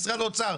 למשרד האוצר,